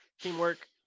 Teamwork